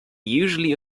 usually